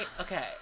okay